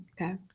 Okay